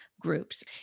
groups